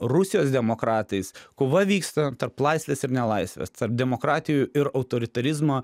rusijos demokratais kova vyksta tarp laisvės ir nelaisvės tarp demokratijų ir autoritarizmo